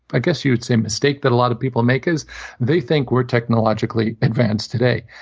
i guess you would say, mistake that a lot of people make is they think we're technologically advanced today,